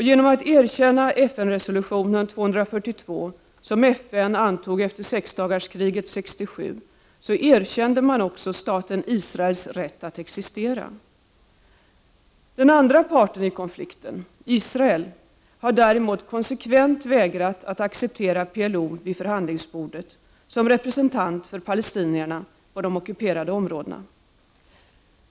Genom att erkänna FN resolutionen 242, som FN antog efter sexdagarskriget 1967, erkände man också staten Israels rätt att existera. Den andra parten i konflikten, Israel, har däremot konsekvent vägrat att acceptera PLO vid förhandlingsbordet som representant för palestinierna på de ockuperade områdena.